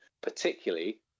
particularly